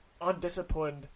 undisciplined